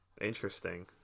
Interesting